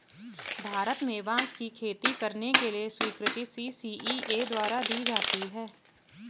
भारत में बांस की खेती करने की स्वीकृति सी.सी.इ.ए द्वारा दी जाती है